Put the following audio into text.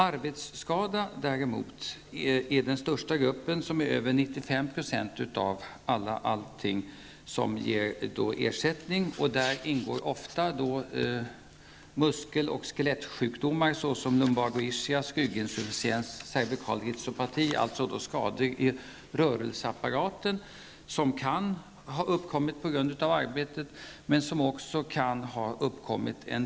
Arbetsskada utgör den största gruppen, över 95 % av alla fall som är berättigade till ersättning. I arbetsskador ingår ofta muskel och skelettsjukdomar, t.ex. lumbago-ischias, rygginsufficiens, cervical rhizopathi, dvs. skador i rörelseapparaten, vilka kan ha uppkommit på grund av arbetet, men som ändå kan ha uppkommit.